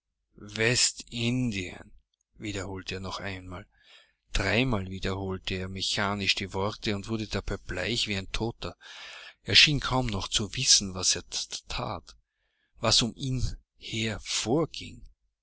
wiederholte er noch einmal dreimal wiederholte er mechanisch die worte und wurde dabei bleich wie ein toter er schien kaum noch zu wissen was er that was um ihn her vorging